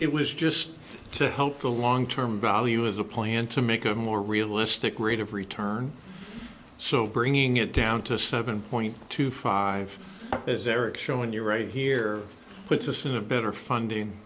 it was just to help the long term value of the plan to make a more realistic rate of return so bringing it down to seven point two five as erick showing you right here puts us in a better funding